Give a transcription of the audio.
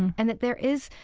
and that there is,